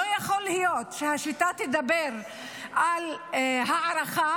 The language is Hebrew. לא יכול להיות שהשיטה תדבר על הערכה,